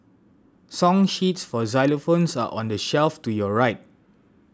song sheets for xylophones are on the shelf to your right